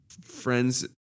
friends